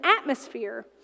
atmosphere